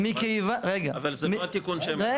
אבל זה לא התיקון שמדברים עליו.